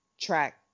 track